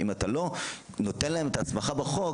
אם אתה לא נותן להם את ההסמכה בחוק,